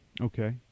okay